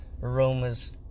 aromas